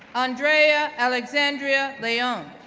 andrea alexandra leon,